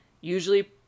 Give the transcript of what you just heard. Usually